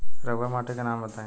रहुआ माटी के नाम बताई?